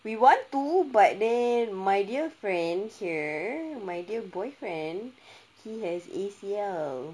we want to but then my dear friend here my dear boyfriend he has A_C_L